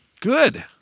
Good